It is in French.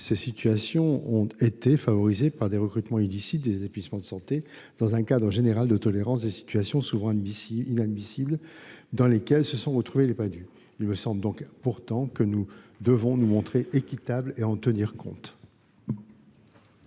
Ces situations ont été favorisées par les recrutements illicites des établissements de santé, dans un cadre général de tolérance des situations souvent inadmissibles dans lesquelles se sont retrouvés les Padhue. Il me semble pourtant que nous devons nous montrer équitables et en tenir compte.